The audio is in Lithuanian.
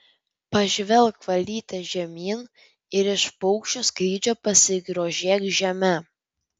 pažvelk valyte žemyn ir iš paukščio skrydžio pasigrožėk žeme